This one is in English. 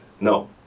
No